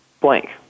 blank